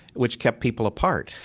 which kept people apart,